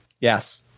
Yes